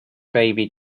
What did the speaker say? baby